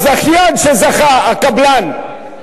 הזכיין שזכה, הקבלן,